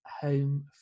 home